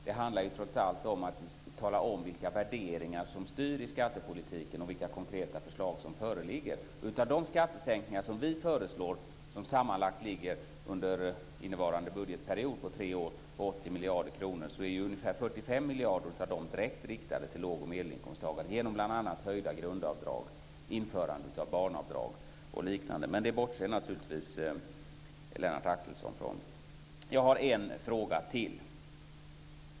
Det handlar trots allt om att tala om vilka värderingar som styr i skattepolitiken och vilka konkreta förslag som föreligger. Av de skattesänkningar vi föreslår, som sammanlagt ligger under innevarande budgetperiod på tre år på 80 miljarder kronor, är ungefär 45 miljarder av de pengarna direkt riktade till låg och medelinkomsttagare genom bl.a. höjda grundavdrag, införande av barnavdrag och liknande. Det bortser naturligtvis Jag har en fråga.